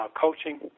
coaching